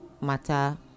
matter